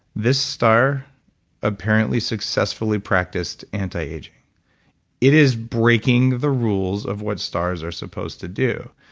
this star apparently successfully practiced anti-aging it is breaking the rules of what stars are supposed to do.